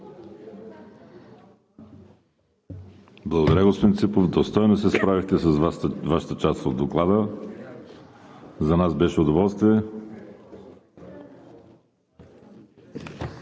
Благодаря, господин Ципов. Достойно се справихте с Вашата част от Доклада. За нас беше удоволствие!